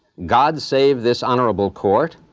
god save this honorable court,